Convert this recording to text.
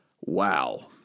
Wow